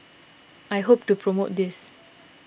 I hope to promote this